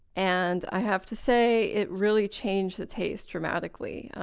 and i have to say, it really changed the taste dramatically.